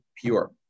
pure